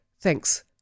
thanks